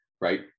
right